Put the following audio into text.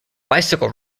bicycle